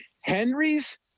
Henry's